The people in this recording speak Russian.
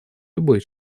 любой